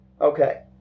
Okay